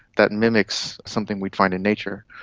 that mimics something we'd find in nature.